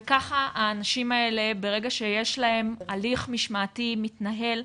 וככה ברגע שיש לאנשים האלה הליך משמעתי מתנהל,